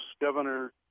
Governor